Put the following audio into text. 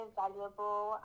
valuable